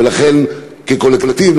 ולכן כקולקטיב,